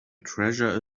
treasure